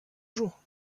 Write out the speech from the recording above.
jour